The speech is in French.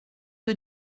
que